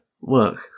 work